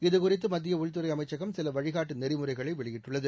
இதுகுறித்து மத்திய உள்துறை அமைச்சகம் சில வழிகாட்டு நெறிமுறைகளை வெளியிட்டுள்ளது